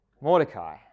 Mordecai